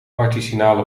artisanale